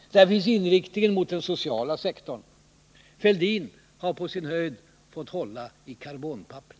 Där finns inriktningen på den sociala sektorn. Herr Fälldin har på sin höjd fått hålla i karbonpapperet.